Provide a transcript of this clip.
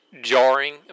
jarring